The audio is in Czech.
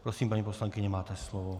Prosím paní poslankyně, máte slovo.